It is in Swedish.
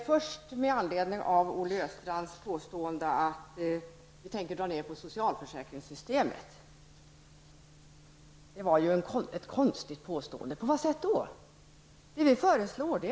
Herr talman! Olle Östrand påstod att vi tänker dra ned på socialförsäkringssystemet. Det var ett konstigt påstående. På vilket sätt skulle vi göra det?